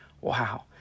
Wow